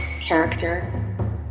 character